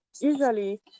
usually